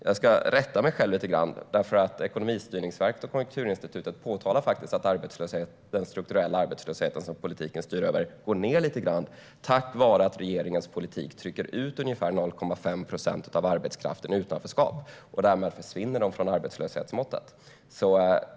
Jag ska rätta mig själv lite grann. Ekonomistyrningsverket och Konjunkturinstitutet påpekar faktiskt att den strukturella arbetslösheten, alltså den som politiken styr över, går ned lite grann eftersom regeringens politik trycker ut ungefär 0,5 procent av arbetskraften i utanförskap, och den försvinner därmed från arbetslöshetsmåttet.